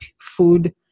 food